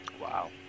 Wow